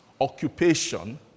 occupation